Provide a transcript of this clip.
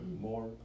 more